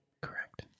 Correct